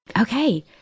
Okay